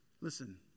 Listen